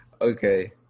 Okay